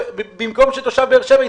במקום תושב באר שבע,